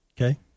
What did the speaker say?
Okay